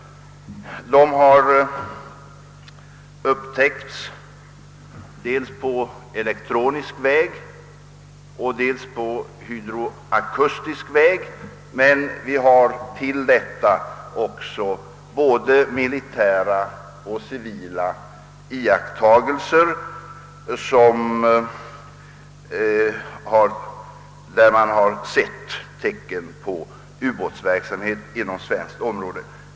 De har upptäckts dels på elektronisk väg, dels på hydroakustisk väg. Vidare har andra både militära och civila iakttagelser tytt på ubåtsverksamhet inom svenskt område.